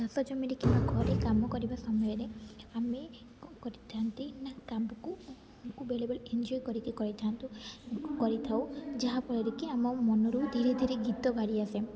ଚାଷ ଜମିରେ କିମ୍ବା ଘରେ କାମ କରିବା ସମୟରେ ଆମେ କ'ଣ କରିଥାନ୍ତି ନା କାମକୁ ବେଳେ ବେଳେ ଏଞ୍ଜୟ କରିକି କରିଥାନ୍ତୁ କରିଥାଉ ଯାହାଫଳରେ କି ଆମ ମନରୁ ଧୀରେ ଧୀରେ ଗୀତ ବାହାରି ଆସେ